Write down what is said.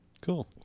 Cool